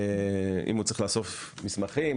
אם הוא צריך לאסוף מסמכים,